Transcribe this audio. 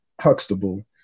Huxtable